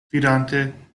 vidante